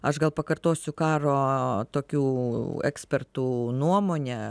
aš gal pakartosiu karo tokių ekspertų nuomonę